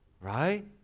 Right